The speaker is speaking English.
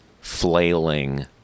flailing